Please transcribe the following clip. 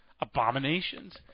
abominations